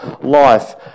life